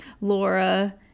Laura